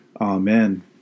Amen